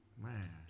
Man